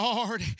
Lord